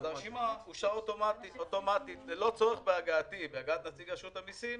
הרשימה מאושרת אוטומטית ללא צורך בהגעת נציג רשות המיסים